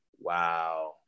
Wow